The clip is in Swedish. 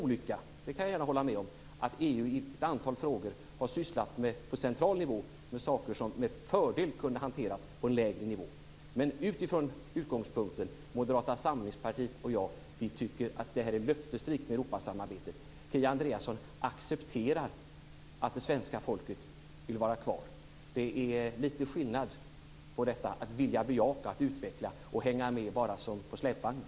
Jag kan gärna hålla med om att det är en olycka att EU på central nivå har sysslat med saker som med fördel kunde hanterats på en lägre nivå. Moderata samlingspartiet och jag tycker att Europasamarbetet är löftesrikt. Det är vår utgångspunkt. Kia Andreasson accepterar att det svenska folket vill vara kvar. Det är lite skillnad på detta att vilja bejaka och utveckla och att bara hänga med på släpvagnen.